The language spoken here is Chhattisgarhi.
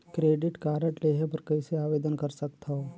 क्रेडिट कारड लेहे बर कइसे आवेदन कर सकथव?